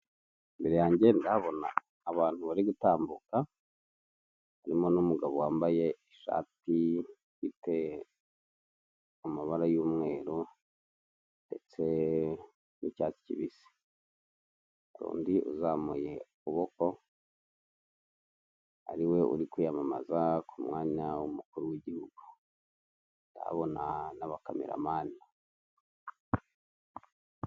Imbere yange ndabona abantu bari gutambuka, harimo n'umugabo wambaye ishati ifite amabara y'umweru ndetse n'icyatsi kibisi, hari undi uzamuye ukuboko ariwe uri kwiyamamaza ku mwanya w'umukuru w'igihugu, ndahabona n'abakameramani.